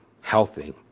healthy